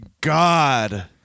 God